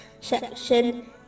section